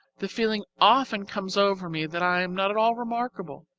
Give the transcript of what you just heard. the feeling often comes over me that i am not at all remarkable